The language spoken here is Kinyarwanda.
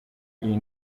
iyi